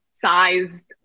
sized